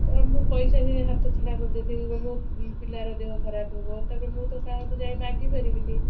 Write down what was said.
ତ ମୁଁ ପଇସା ଯାଇ ହାତ କରିଦେଉଥିବି ମୋ ପିଲାର ଦେହ ଖରାପ ହେବ ତା'ପରେ ମୁଁ ତ କାହାକୁ ଯାଇ ମାଗିପାରିବିନି